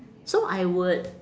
so I would